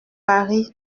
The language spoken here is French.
paris